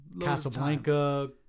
Casablanca